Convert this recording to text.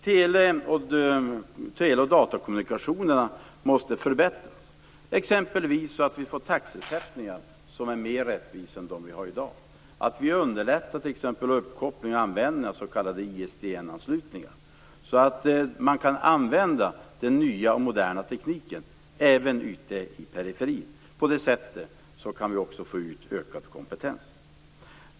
Både tele och datakommunikationerna måste förbättras. Vi bör exempelvis ha taxesättningar som är mer rättvisa än dem vi har i dag. Vi bör underlätta uppkoppling och användning av s.k. ISDN anslutningar, så att man kan använda den nya och moderna tekniken även ute i periferin. På det sättet kan vi också få ökad kompetens.